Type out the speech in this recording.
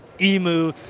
emu